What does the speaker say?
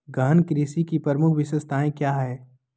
गहन कृषि की प्रमुख विशेषताएं क्या है?